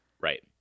right